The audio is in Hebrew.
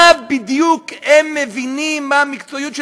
מה בדיוק הם מבינים, מה המקצועיות שלהם.